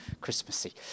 Christmassy